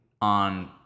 on